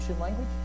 language